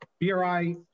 BRI